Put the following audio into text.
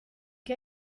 che